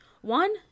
One